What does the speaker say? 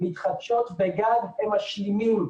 מתחדשות בגז הם משלימים.